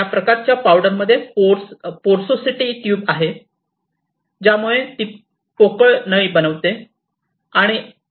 या प्रकारच्या पावडरमध्ये पोर्सोसिटी ट्यूब आहे ज्यामुळे ती पोकळ नळी बनवते